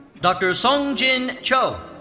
dr. sungjin cho.